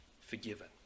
forgiven